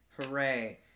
Hooray